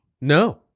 No